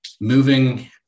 moving